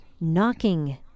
knocking